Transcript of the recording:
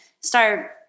start